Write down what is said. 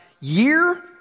year